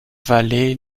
vallée